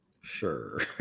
Sure